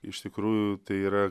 iš tikrųjų tai yra